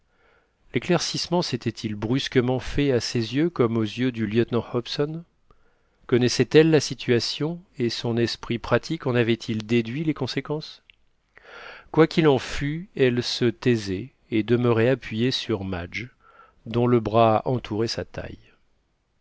l'éclaircissement s'était-il brusquement fait à ses yeux comme aux yeux du lieutenant hobson connaissait elle la situation et son esprit pratique en avait-il déduit les conséquences quoi qu'il en fût elle se taisait et demeurait appuyée sur madge dont le bras entourait sa taille